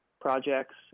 projects